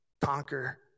conquer